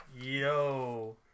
Yo